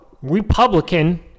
Republican